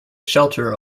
shelter